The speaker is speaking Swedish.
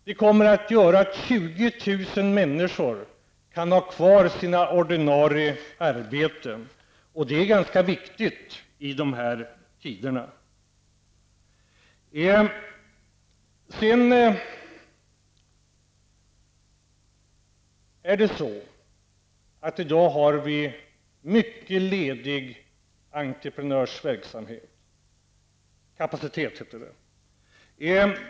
Det gör att 20 000 människor kan ha kvar sina ordinarie arbeten, och det är ganska viktigt i dessa tider. I dag har vi mycket ledig entreprenörskapacitet.